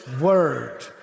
Word